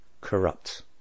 corrupt